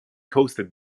hosted